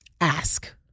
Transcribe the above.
ask